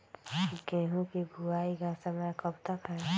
गेंहू की बुवाई का समय कब तक है?